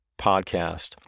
podcast